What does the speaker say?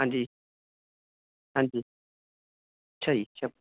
ਹਾਂਜੀ ਹਾਜੀ ਅੱਛਾ ਜੀ ਅੱਛਾ